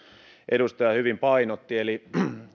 edustaja hyvin painotti eli